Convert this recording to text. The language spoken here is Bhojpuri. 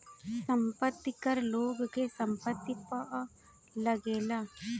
संपत्ति कर लोग के संपत्ति पअ लागेला